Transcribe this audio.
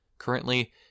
Currently